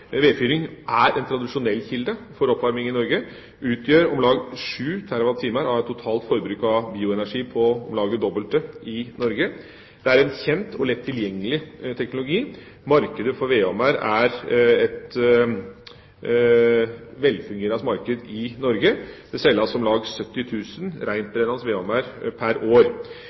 Vedfyring er en tradisjonell kilde til oppvarming i Norge og utgjør om lag 7 TWh, mens totalt forbruk av bioenergi er om lag det dobbelte. Det er en kjent og lett tilgjengelig teknologi. Markedet for vedovner er et velfungerende marked i Norge, det selges om lag 70 000 rentbrennende vedovner pr. år.